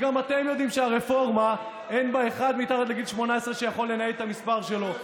גם אתם יודעים שברפורמה אין אחד מתחת לגיל 18 שיכול לנייד את המספר שלו,